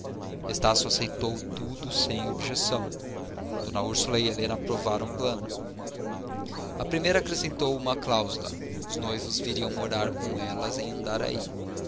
enxoval estácio aceitou tudo sem objeção d úrsula e helena aprovaram o plano a primeira acrescentou uma cláusula os noivos viriam morar com elas em andaraí o